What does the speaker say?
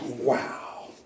Wow